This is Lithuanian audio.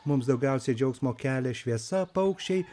mums daugiausiai džiaugsmo kelia šviesa paukščiai